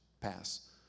pass